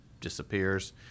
disappears